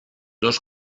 dos